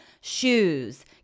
Shoes